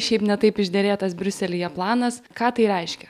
šiaip ne taip išderėtas briuselyje planas ką tai reiškia